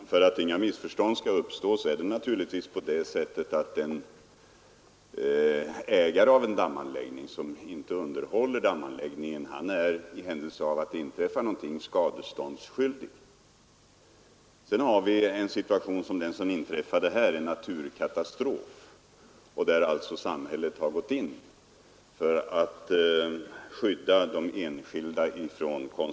Herr talman! För att inga missförstånd skall uppstå vill jag säga, att en ägare till en dammanläggning som inte underhåller den är skadeståndsskyldig i händelse av att det inträffar någonting. Men i en sådan här katastrofsituation går också samhället in och skyddar de enskilda.